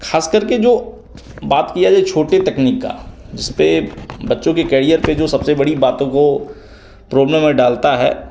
खासकर के जो बात किया जाए छोटे तकनीक का जिसपे बच्चों के कैड़ियर पे जो सबसे बड़ी बातों को प्रोब्लम में डालता है